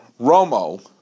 Romo